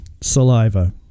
Saliva